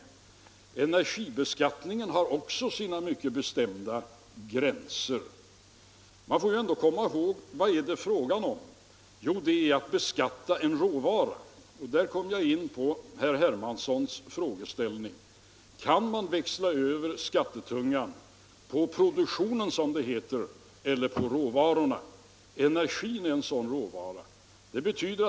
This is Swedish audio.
Också energibeskattningen har sina mycket bestämda gränser. Vad det gäller är att beskatta en råvara. Jag kommer därmed in på herr Hermanssons frågeställning om man kan växla över skattetungan på produktionen, som det heter, eller på råvarorna. Energin är en sådan råvara.